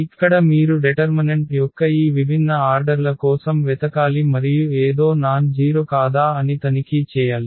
ఇక్కడ మీరు డెటర్మనెంట్స్ యొక్క ఈ విభిన్న ఆర్డర్ల కోసం వెతకాలి మరియు ఏదో నాన్ జీరొ కాదా అని తనిఖీ చేయాలి